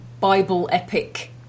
Bible-epic